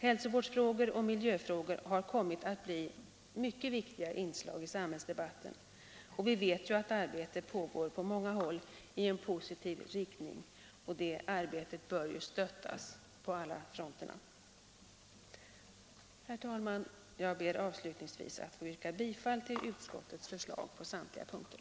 Hälsovårdsfrågor och miljöfrågor har kommit att bli mycket viktiga inslag i samhällsdebatten, och vi vet att arbete pågår på många håll i en positiv riktning. Det arbetet bör stöttas på alla fronter. Herr talman! Jag ber avslutningsvis att få yrka bifall till utskottets förslag på samtliga punkter.